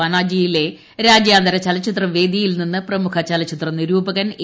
പനാജിയിലെ രാജ്യാന്തര ചലച്ചിത്ര വേദിയിൽ നിന്ന് പ്രമുഖ ചലച്ചിത്ര നിരൂപകൻ എ